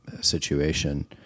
situation